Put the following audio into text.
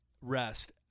rest